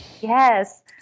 Yes